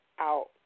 out